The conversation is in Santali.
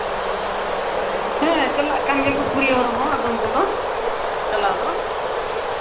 ᱦᱮᱸ ᱪᱟᱞᱟᱜ ᱠᱟᱱ ᱜᱮᱭᱟ ᱠᱚ ᱠᱩᱲᱤ ᱦᱚᱲ ᱦᱚᱸ ᱟᱫᱚᱢ ᱠᱚᱫᱚ ᱪᱟᱞᱟᱣ ᱫᱚ